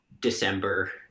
December